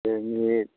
जोंनि